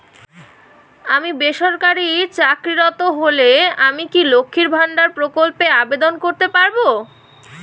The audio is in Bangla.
আমি বেসরকারি চাকরিরত হলে আমি কি লক্ষীর ভান্ডার প্রকল্পে আবেদন করতে পারব?